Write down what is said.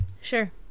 sure